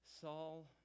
Saul